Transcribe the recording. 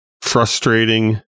frustrating